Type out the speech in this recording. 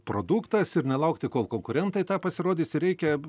produktas ir nelaukti kol konkurentai tą pasirodys reikia